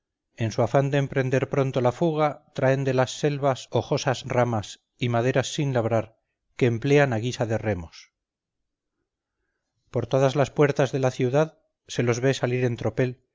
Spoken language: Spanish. en su afán de emprender pronto la fuga traen de las selvas hojosas ramas y maderas sin labrar que emplean a guisa de remos por todas las puerta de la ciudad se los ve salir en tropel